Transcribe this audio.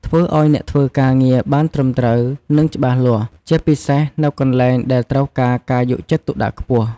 ធ្វើឲ្យអ្នកធ្វើការងារបានត្រឹមត្រូវ និងច្បាស់លាស់ ជាពិសេសនៅកន្លែងដែលត្រូវការការយកចិត្តទុកដាក់ខ្ពស់។